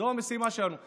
זאת המשימה שלנו.